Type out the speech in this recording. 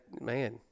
man